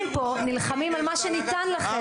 פה נלחמים על מה שניתן לכם כדי לתת לכם יותר.